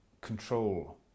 control